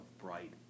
bright